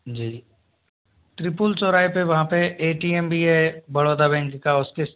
जी triple चौराहे पे वहाँ पे ए टी एम भी है बड़ौदा बैंक का उसके